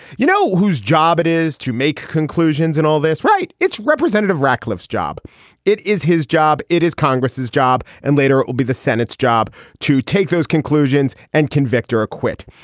you know whose job it is to make conclusions in all this right. it's representative rack lives job it is his job it is congress's job. and later will be the senate's job to take those conclusions and convict or acquit.